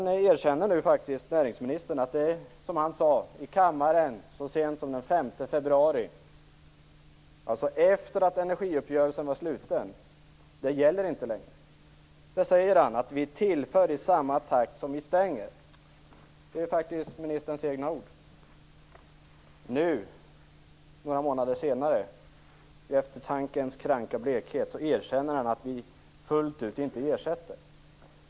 Nu erkänner faktiskt näringsministern att det som han sade i kammaren så sent som den 5 februari, alltså efter att energiuppgörelsen hade slutits, inte längre gäller. Då sade han: Vi tillför i samma takt som vi stänger. Det är faktiskt ministerns egna ord. Nu, några månader senare, kommer eftertankens kranka blekhet, och han erkänner att vi inte fullt ut ersätter.